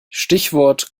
stichwort